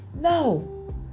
No